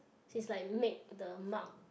she's like make the mark